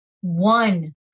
one